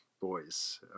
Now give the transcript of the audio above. boys